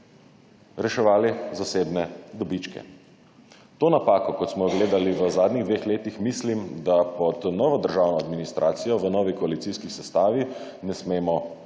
reševali zasebne dobičke. To napako kot smo jo gledali v zadnjih dveh letih, mislim, da pod novo državno administracijo v novi koalicijski sestavi ne smemo